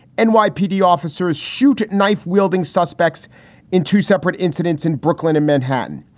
and nypd officers shoot knife wielding suspects in two separate incidents in brooklyn and manhattan.